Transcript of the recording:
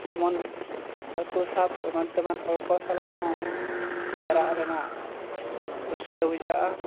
ᱡᱮᱢᱚᱱ ᱦᱟᱹᱠᱩ ᱥᱟᱵ ᱮᱢᱟᱱ ᱛᱮᱢᱟᱱ ᱦᱚᱲ ᱠᱚ ᱥᱟᱞᱟᱜ ᱦᱚᱸ ᱯᱟᱭᱨᱟᱜ ᱨᱮᱱᱟᱜ ᱨᱟᱹᱥᱠᱟᱹ ᱵᱩᱡᱷᱟᱹᱜᱼᱟ